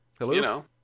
Hello